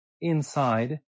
inside